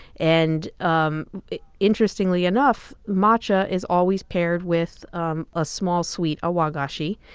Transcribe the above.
and um interestingly enough, matcha is always paired with um a small sweet, a wagashi,